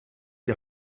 die